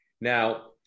Now